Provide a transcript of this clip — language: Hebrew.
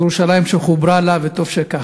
ירושלים שחוברה לה, וטוב שכך.